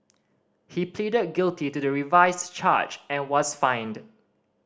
he pleaded guilty to the revised charge and was fined